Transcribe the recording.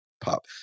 Pop